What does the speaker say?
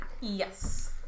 yes